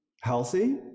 healthy